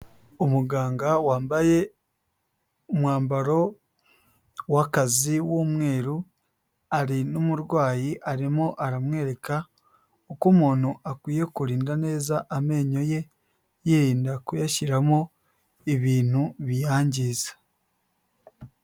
Umuganga wambaye umwambaro w'akazi w'umweru, ari n'umurwayi arimo aramwereka uko umuntu akwiye kurinda neza amenyo ye, yirinda kuyashyiramo ibintu biyangiza.